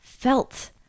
Felt